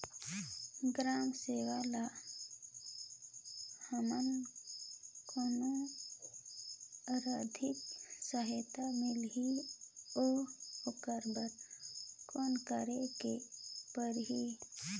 ग्राम सेवक ल हमला कौन आरथिक सहायता मिलही अउ ओकर बर कौन करे के परही?